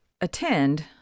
attend